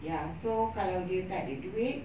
ya so kalau dia tak ada duit